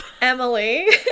Emily